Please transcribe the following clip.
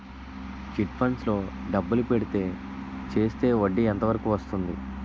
Chit funds లో డబ్బులు పెడితే చేస్తే వడ్డీ ఎంత వరకు వస్తుంది?